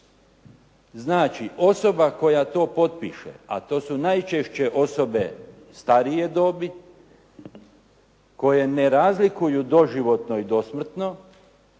Znači, osoba koja to potpiše a to su najčešće osobe starije dobi koje ne razlikuju doživotno i dosmrtno